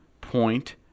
point